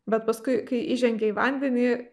bet paskui kai įžengia į vandenį